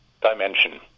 dimension